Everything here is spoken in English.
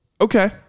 Okay